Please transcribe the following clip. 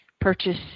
purchase